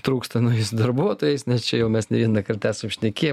trūkstamais darbuotojais nes čia jau mes ne vieną kartą esam šnekėję